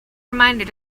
reminder